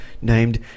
named